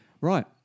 Right